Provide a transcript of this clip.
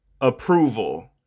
approval